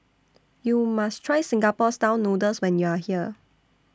YOU must Try Singapore Style Noodles when YOU Are here